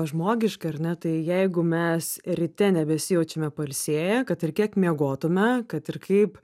žmogiškai ar ne tai jeigu mes ryte nebesijaučiame pailsėję kad ir kiek miegotume kad ir kaip